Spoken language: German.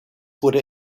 wurde